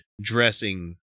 dressing